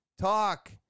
Talk